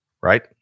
Right